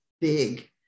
big